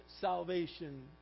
salvation